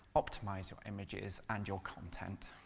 optimise your images, and your content.